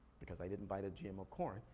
because i didn't buy their gmo corn.